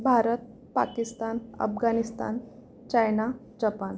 Bharat Pakistan Afghanistan China Japan